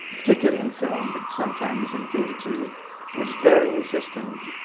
particularly in film, but sometimes in theatre too was very insistent,